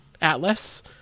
atlas